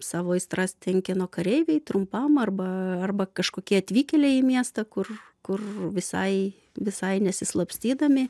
savo aistras tenkino kareiviai trumpam arba arba kažkokie atvykėliai į miestą kur kur visai visai nesislapstydami